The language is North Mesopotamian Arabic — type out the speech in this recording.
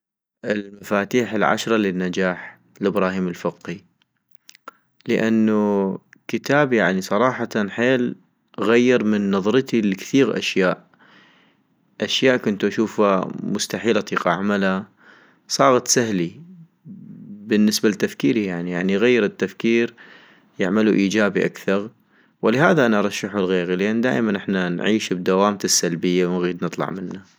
المفاتيح العشرة للنجاح، لابراهيم الفقي - لانو كتاب يعني صراحة حيل غير من نظرتي لكثيغ اشياء ،اشياء كنتو اشوفا مستحيل اطيق اعملا صاغت سهلي، بالنسبة لتفكيري يعني، يعني يغير التفكير يعملو ايجابي اكثغ - ولهذا انا ارشحو لغيغي لان دائما نحنا نعيش بدوامة السلبية ونغيد نطلع منا